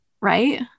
right